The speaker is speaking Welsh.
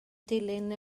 dilyn